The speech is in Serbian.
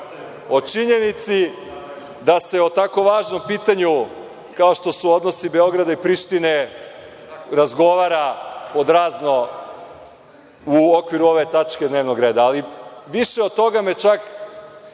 o činjenici da se o tako važnom pitanju kao što su odnosi Beograda i Prištine razgovara pod razno u okviru ove tačke dnevnog reda. Ali, više od toga me čak